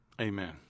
Amen